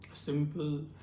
Simple